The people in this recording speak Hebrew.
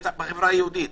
בטח בחברה היהודית.